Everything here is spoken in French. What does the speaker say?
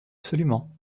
absolument